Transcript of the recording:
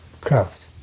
craft